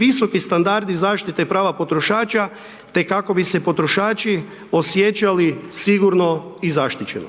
visoki standardi zaštite prava potrošača te kako bi se potrošači osjećali sigurno i zaštićeno.